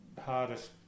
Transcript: hardest